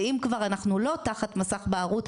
ואם כבר אנחנו לא תחת מסך בערות,